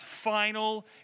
final